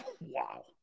Wow